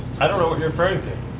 i don't know what you're referring to.